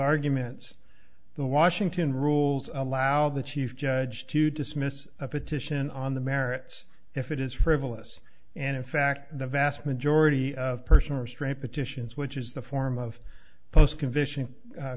arguments the washington rules allow the chief judge to dismiss a petition on the merits if it is frivolous and in fact the vast majority of personal restraint petitions which is the form of post condition